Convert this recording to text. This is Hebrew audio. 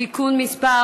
(תיקון מס'